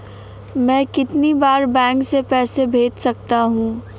मैं कितनी बार बैंक से पैसे भेज सकता हूँ?